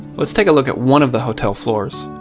let's take a look at one of the hotel floors.